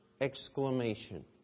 exclamation